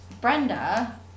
Brenda